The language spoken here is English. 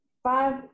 Five